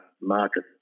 market